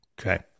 Okay